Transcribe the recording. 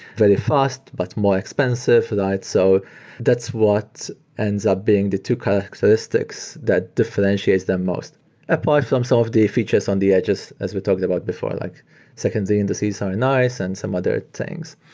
very fast, but more expensive. that's so that's what ends up being the two characteristics that differentiates them most apart from some of the features on the edges as we talked about before, like secondary indices are nice and some other things.